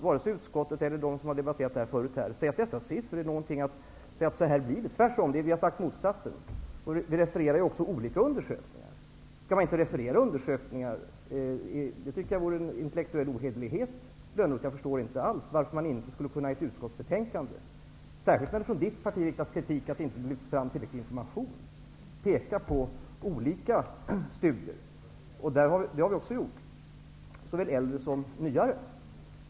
Varken utskottet eller de som har debatterat detta förut säger att de nämnda siffrorna är någonting som visar att så här blir det. Tvärtom. Vi har sagt motsatsen. Vi refererar också olika undersökningar. Skall man inte referera undersökningar? Det tycker jag vore en intellektuell ohederlighet, Johan Lönnroth. Jag förstår inte alls varför man inte i ett utskottsbetänkande, särskilt när det från Johan Lönnroths parti riktas kritik mot att det inte har lyfts fram tillräcklig information, skulle kunna peka på olika studier. Det har vi också gjort, såväl äldre som nyare.